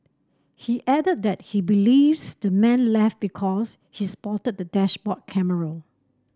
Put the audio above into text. he added that he believes the man left because he spotted the dashboard camera